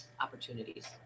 opportunities